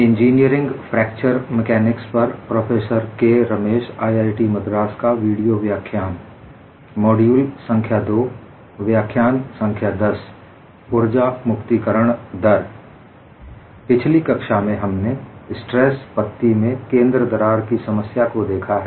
इंपिछली कक्षा में हमने स्ट्रेन पत्ती में केंद्र दरार की समस्या को देखा है